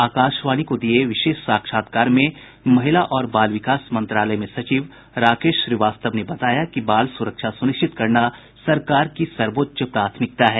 आकाशवाणी को दिए विशेष साक्षात्कार में महिला और बाल विकास मंत्रालय में सचिव राकेश श्रीवास्तव ने बताया कि बाल सुरक्षा सुनिश्चित करना सरकार की सर्वोच्च प्राथमिकता है